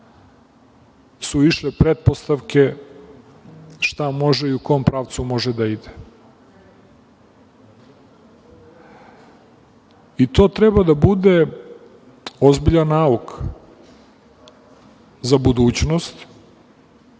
su išle pretpostavke šta može i u kom pravcu može da ide. To treba da bude ozbiljan nauk za budućnost,